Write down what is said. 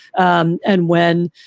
um and when,